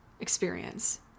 experience